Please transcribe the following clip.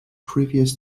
previous